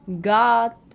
God